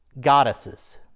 goddesses